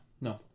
no